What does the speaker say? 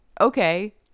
Okay